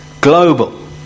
global